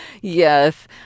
yes